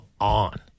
on